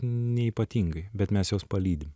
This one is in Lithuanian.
neypatingai bet mes juos palydim